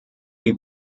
die